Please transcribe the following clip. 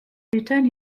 return